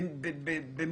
על כך שאין תחרות בבנקים.